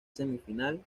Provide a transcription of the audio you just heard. semifinal